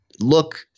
look